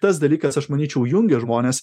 tas dalykas aš manyčiau jungia žmones